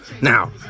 Now